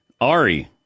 Ari